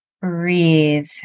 Breathe